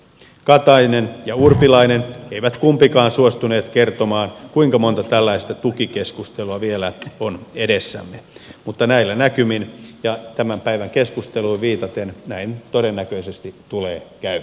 katainen ja urpilainen eivät kumpikaan suostuneet kertomaan kuinka monta tällaista tukikeskustelua vielä on edessämme mutta näillä näkymin ja tämän päivän keskusteluun viitaten näin todennäköisesti tulee käymään